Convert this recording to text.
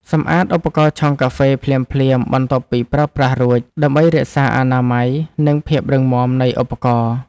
សម្អាតឧបករណ៍ឆុងកាហ្វេភ្លាមៗបន្ទាប់ពីប្រើប្រាស់រួច ដើម្បីរក្សាអនាម័យ និងភាពរឹងមាំនៃឧបករណ៍។